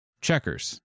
checkers